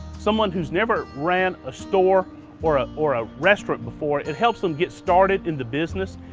someone who's never ran a store or ah or a restaurant before, it helps em get started in the business.